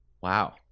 wow